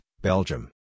Belgium